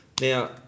Now